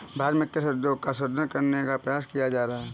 भारत में कृषि उद्योग को सुदृढ़ करने का प्रयास किया जा रहा है